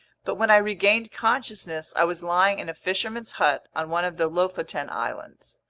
but when i regained consciousness, i was lying in a fisherman's hut on one of the lofoten islands.